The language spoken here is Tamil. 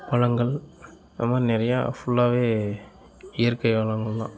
பழங்கள் அது மாதிரி நிறைய ஃபுல்லாவே இயற்கை வளங்கள் தான்